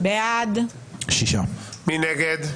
מי נגד?